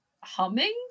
humming